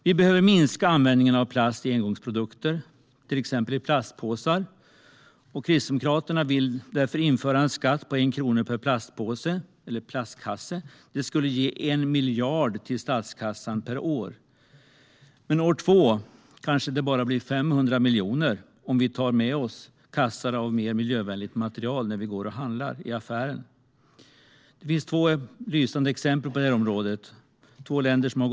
Vi behöver minska användningen av plast i engångsprodukter, till exempel plastpåsar. Kristdemokraterna vill därför införa en skatt på 1 krona per plastpåse. Det skulle ge 1 miljard kronor till statskassan per år. Men år två kanske det bara blir 500 miljoner om vi tar med oss kassar av mer miljövänligt material när vi går och handlar i affären. Det finns två lysande exempel på länder som har gått före på detta område.